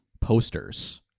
posters